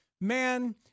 man